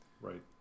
Right